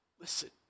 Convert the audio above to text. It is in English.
Listen